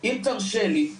אם תרשה לי,